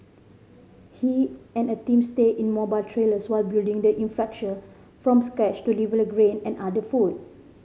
he and a team stayed in mobile trailers while building the infrastructure from scratch to deliver grain and other food